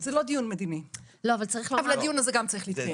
זה לא דיון מדיני, אבל הדיון הזה גם צריך להתקיים.